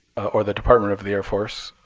or the department of the air force,